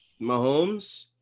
Mahomes